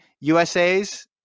usa's